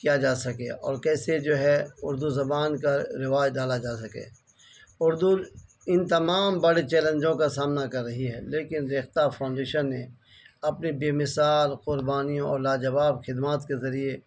کیا جا سکے اور کیسے جو ہے اردو زبان کا رواج ڈالا جا سکے اردو ان تمام بڑے چیلنجوں کا سامنا کر رہی ہے لیکن ریختہ فاؤنڈیشن نے اپنی بے مثال قربانیوں اور لاجواب خدمات کے ذریعے